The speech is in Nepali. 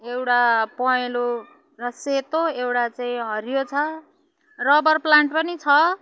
एउटा पहेँलो र सेतो एउटा चाहिँ हरियो छ रबर प्लान्ट पनि छ